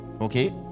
Okay